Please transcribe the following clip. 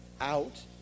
out